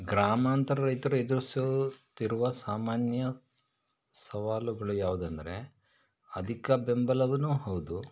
ಗ್ರಾಮಾಂತರ ರೈತರು ಎದುರಿಸುತ್ತಿರುವ ಸಾಮಾನ್ಯ ಸವಾಲುಗಳು ಯಾವುದೆಂದರೆ ಅಧಿಕ ಬೆಂಬಲವನ್ನು ಹೌದು